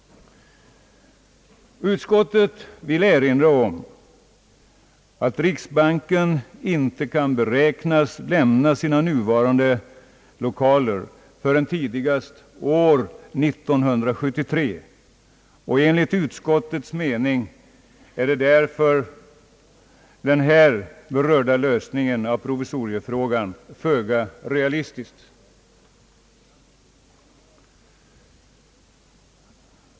Utskottet vill erinra om att riksbanken inte kan beräknas lämna sina nuvarande lokaler förrän tidigast år 1973. Enligt utskottets mening är därför den här berörda lösningen av provisoriefrågan föga realistisk.